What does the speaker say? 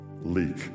Leak